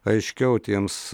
aiškiau tiems